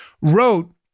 wrote